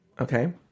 Okay